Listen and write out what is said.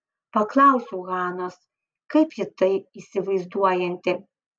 paklausiau hanos kaip ji tai įsivaizduojanti